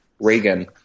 Reagan